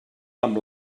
amb